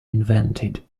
invented